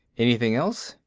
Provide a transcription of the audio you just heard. anything else?